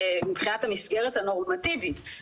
מבחינת המסגרת הנורמטיבית,